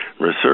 Research